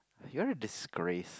you're a disgrace